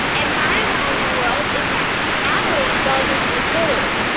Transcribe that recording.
and my wow in the world is that owls swallow their food whole